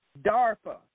DARPA